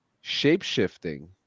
shape-shifting